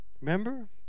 Remember